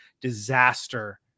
disaster